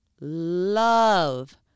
Love